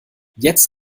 jetzt